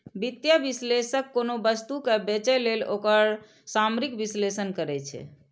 वित्तीय विश्लेषक कोनो वस्तु कें बेचय लेल ओकर सामरिक विश्लेषण करै छै